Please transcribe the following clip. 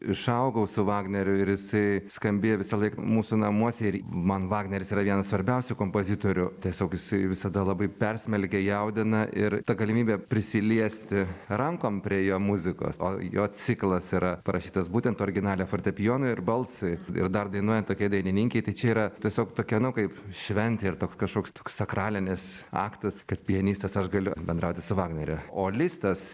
išaugau su vagneriu ir jisai skambėjo visąlaik mūsų namuose ir man vagneris yra vienas svarbiausių kompozitorių tiesiog jisai visada labai persmelkia jaudina ir ta galimybė prisiliesti rankom prie jo muzikos o jo ciklas yra parašytas būtent originale fortepijonui ir balsui ir dar dainuojant tokiai dainininkei tai čia yra tiesiog tokia nu kaip šventė ir toks kažkoks toks sakralinis aktas kad pianistas aš galiu bendrauti su vagneriu o listas